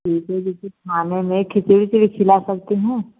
ठीक है जैसे खाने में खिचड़ी उचड़ी खिला सकते हैं